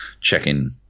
check-in